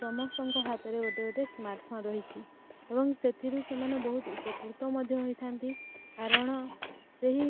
ସମସ୍ତଙ୍କ ହାତରେ ଗୋଟେ ଗୋଟେ ସ୍ମାର୍ଟଫୋନ୍ ରହିଛି ଏବଂ ସେଥିରୁ ସେମାନେ ବହୁତ ଉପକୃତ ମଧ୍ୟ ହୋଇଥାନ୍ତି କାରଣ ସେହି